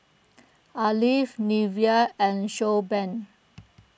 Alf Nivea and Showbrand